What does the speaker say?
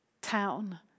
town